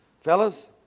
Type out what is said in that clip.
Fellas